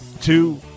two